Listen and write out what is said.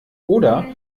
oder